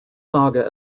saga